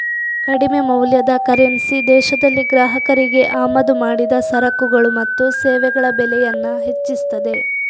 ಕಡಿಮೆ ಮೌಲ್ಯದ ಕರೆನ್ಸಿ ದೇಶದಲ್ಲಿ ಗ್ರಾಹಕರಿಗೆ ಆಮದು ಮಾಡಿದ ಸರಕುಗಳು ಮತ್ತು ಸೇವೆಗಳ ಬೆಲೆಯನ್ನ ಹೆಚ್ಚಿಸ್ತದೆ